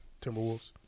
Timberwolves